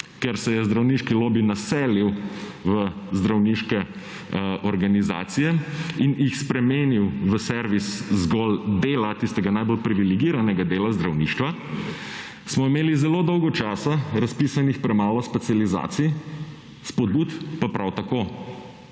ker se je zdravniški lobi naselil v zdravniške organizacije in jih spremenil v servis zgolj dela tistega najbolj privilegiranega dela zdravništva, smo imeli zelo dolgo časa razpisanih premalo specializacij, vzpodbud pa prav tako.